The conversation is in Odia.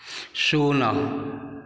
ଶୂନ